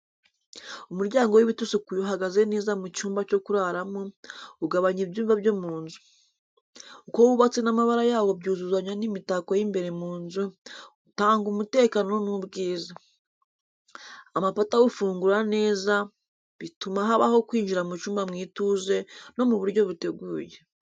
Umuryango w’ibiti usukuye uhagaze neza mu cyumba cyo kuraramo, ugabanya ibyumba byo mu nzu. Uko wubatse n’amabara yawo byuzuzanya n’imitako y’imbere mu nzu, utanga umutekano n’ubwiza. Amapata awufungura neza bituma habaho kwinjira mu cyumba mu ituze no mu buryo buteguye.